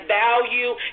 value